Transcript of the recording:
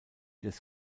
des